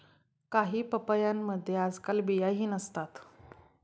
काही पपयांमध्ये आजकाल बियाही नसतात